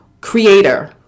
creator